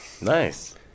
Nice